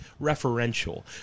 referential